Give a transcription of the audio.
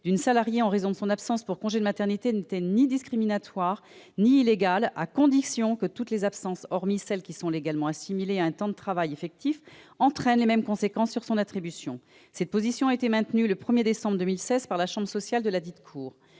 d'une salariée en raison de son absence pour congé de maternité n'était ni discriminatoire ni illégale, à condition que toutes les absences, hormis celles qui sont légalement assimilées à un temps de travail effectif, entraînent les mêmes conséquences sur l'attribution de cette prime. Cette position a été maintenue le 1 décembre 2016 par la chambre sociale de ladite cour.